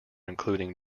including